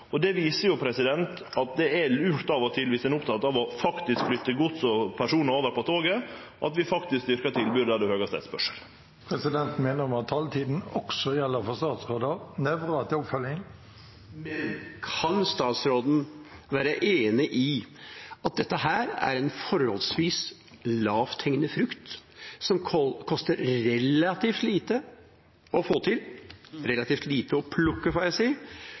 Det viser at det av og til er lurt, dersom ein er oppteken av å flytte gods og personar over på toget, at vi faktisk styrkjer tilbodet der det er høgast etterspørsel. Presidenten minner om at taletiden også gjelder for statsråder. Men kan statsråden være enig i at dette er en forholdsvis lavthengende frukt som det koster relativt lite å plukke, får jeg si – slik at man kunne fått trafikk på en relativt moderne, oppjustert bane for